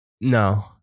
No